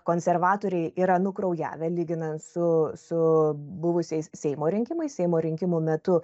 konservatoriai yra nukraujavę lyginant su su buvusiais seimo rinkimais seimo rinkimų metu